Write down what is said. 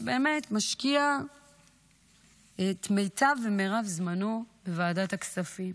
שבאמת משקיע את מיטב ומירב זמנו בוועדת הכספים.